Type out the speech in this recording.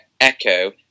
Echo